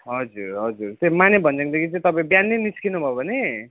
हजुर हजुर त्यहाँ माने भन्ज्याङदेखि चाहिँ तपाईँ बिहानै निस्किनुभयो भने